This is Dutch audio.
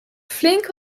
flink